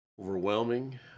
overwhelming